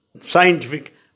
scientific